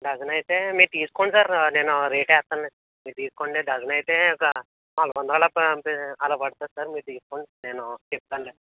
dozen అయితే మీరు తీసుకోండి సార్ నేను రేటు వేస్తాను మీరు తీసుకోండి డజన్ అయితే ఒక నాలుగు వందలు అలా అలా పడుతుంది సార్ మీరు తీసుకోండి నేను చెప్తాను లేండి